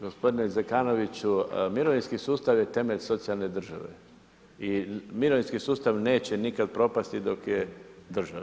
Gospodine Zekanoviću, mirovinski sustav je temelj socijalne države i mirovinski sustav neće nikad propasti dok je države.